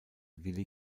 willi